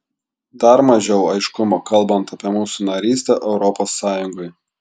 dar mažiau aiškumo kalbant apie mūsų narystę europos sąjungoje